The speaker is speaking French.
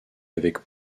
avec